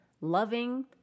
loving